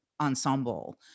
ensemble